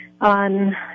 on